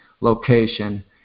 location